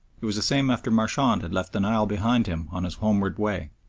it was the same after marchand had left the nile behind him on his homeward way.